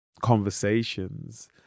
conversations